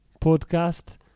podcast